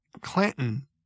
Clinton